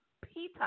Peter